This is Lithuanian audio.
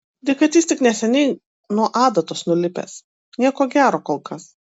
tai kad jis tik neseniai nuo adatos nulipęs nieko gero kol kas